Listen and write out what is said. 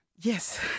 Yes